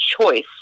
choice